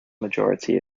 majority